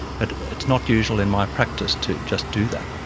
but it's not usual in my practice to just do that.